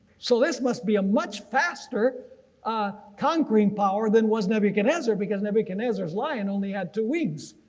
so this must be a much faster ah conquering power than was nebuchadnezzar, because nebuchadnezzar's lion only had two wings.